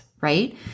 right